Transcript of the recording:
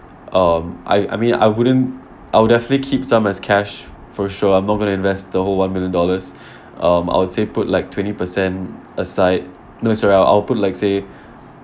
um I I mean I wouldn't I would definitely keep some as cash for sure I'm not gonna invest the whole one million dollars um I would say put like twenty percent aside no sorry I'll I'll put like say